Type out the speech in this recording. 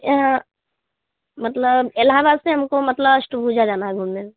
यह मतलब इलहाबाद से हम को मतलब अष्टभुजा जाना है घूमने